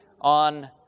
on